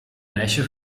meisje